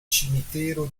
cimitero